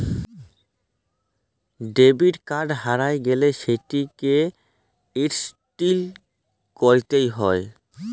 debit card হারাঁয় গ্যালে সেটকে হটলিস্ট ক্যইরতে হ্যয়